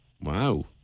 Wow